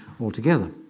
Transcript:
altogether